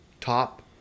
top